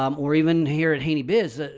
um or even here at haney biz.